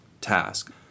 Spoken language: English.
task